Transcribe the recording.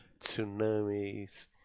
tsunamis